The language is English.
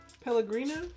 Pellegrino